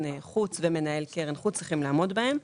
החוץ ומנהל קרן החוץ צריכים לעמוד בהם.